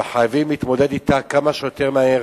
וחייבים להתמודד אתה כמה שיותר מהר,